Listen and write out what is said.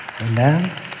Amen